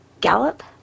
gallop